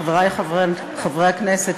חברי חברי הכנסת,